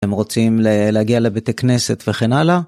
הם רוצים להגיע לבית הכנסת וכן הלאה.